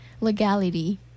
legality